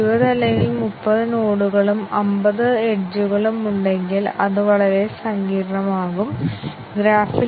ഇവിടെ പ്രധാന ആശയം ഓരോ ആറ്റോമിക് അവസ്ഥയും ശരി തെറ്റായ മൂല്യങ്ങളിലേക്ക് സജ്ജമാക്കും എന്നതാണ്